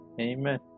Amen